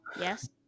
Yes